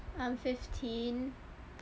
I'm fifteen